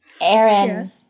Aaron –